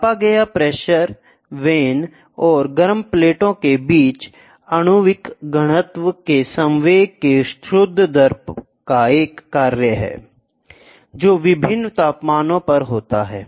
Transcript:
मापा गया प्रेशर वैन और गर्म प्लेटों के बीच आणविक घनत्व के संवेग के शुद्ध दर का एक कार्य है जो विभिन्न तापमानों पर होता है